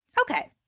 Okay